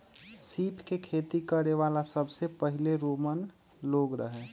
सीप के खेती करे वाला सबसे पहिले रोमन लोग रहे